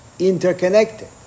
interconnected